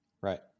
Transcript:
Right